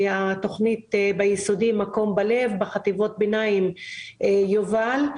התכנית בבתי הספר היסודיים נקראת מקום בלב ובחטיבות הביניים נקראת יובל.